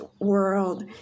world